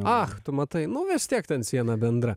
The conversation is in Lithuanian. ach tu matai nu vis tiek ten siena bendra